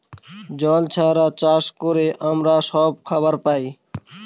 জল ছাড়া চাষ করে আমরা সব খাবার পায়